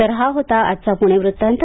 तर हा होता आजचा पूणे वृत्तांत